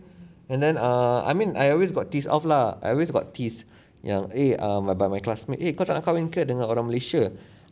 and then err I mean I always got teased off lah I always got teased yang eh err by my classmate eh kau tak nak kahwin ke dengan orang malaysia